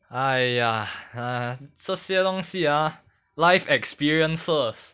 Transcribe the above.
!aiya! ah 这些东西 ah life experiences